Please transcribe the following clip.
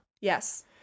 Yes